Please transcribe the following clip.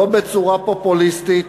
לא בצורה פופוליסטית,